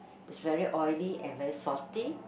it's very oily and very salty